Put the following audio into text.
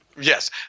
Yes